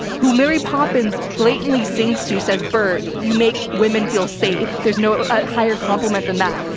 who mary poppins blatantly sings to says, bert, you make women feel safe. there's no ah higher compliment than that.